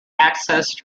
accessed